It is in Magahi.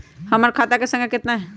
हमर खाता के सांख्या कतना हई?